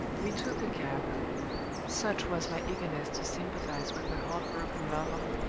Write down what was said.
we took a cab such was my eagerness to sympathize with the heart-broken lover,